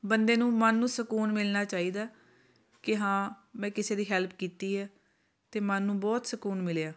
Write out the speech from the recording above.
ਬੰਦੇ ਨੂੰ ਮਨ ਨੂੰ ਸਕੂਨ ਮਿਲਣਾ ਚਾਹੀਦਾ ਕਿ ਹਾਂ ਮੈਂ ਕਿਸੇ ਦੀ ਹੈਲਪ ਕੀਤੀ ਹੈ ਅਤੇ ਮਨ ਨੂੰ ਬਹੁਤ ਸਕੂਨ ਮਿਲਿਆ